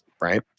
Right